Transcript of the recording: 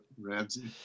Ramsey